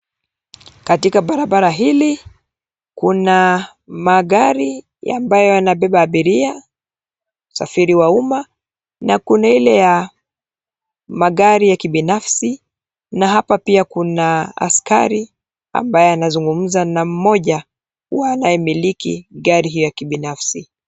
Katika barabara hili, kuna magari ambayo yanabeba abiria, usafiri wa umma na kuna ile ya magari ya kibinafsi na hapa pia kuna askari ambaye anazungumza na mmoja wa anayemiliki gari ya kibinafsi.